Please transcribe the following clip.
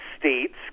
States